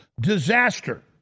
disaster